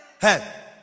hey